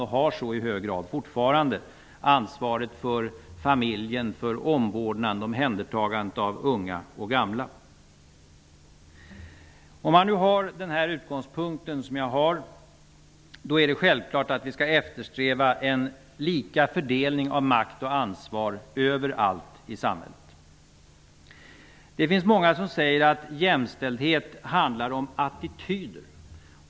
De har i hög grad fortfarande ansvaret för familjen, omvårdnaden och omhändertagandet av unga och gamla. Om man har den utgångspunkt som jag har är det självklart att vi skall eftersträva en lika fördelning av makt och ansvar överallt i samhället. Det finns många som säger att jämställdhet handlar om attityder.